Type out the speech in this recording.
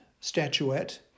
statuette